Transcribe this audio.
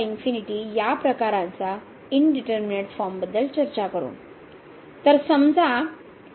तर आता आपण या प्रकाराचा इंडिटरमिनेट फॉर्म बद्दल चर्चा करू